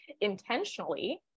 intentionally